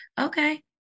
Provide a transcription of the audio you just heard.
Okay